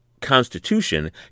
constitution